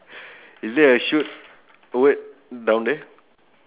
okay my one sue and tom